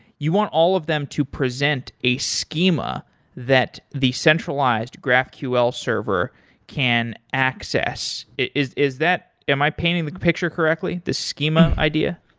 you want all of them to present a schema that decentralized graphql server can access. is is that am i painting the picture correctly? the schema idea?